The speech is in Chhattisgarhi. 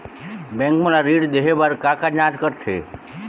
बैंक मोला ऋण देहे बार का का जांच करथे?